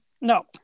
no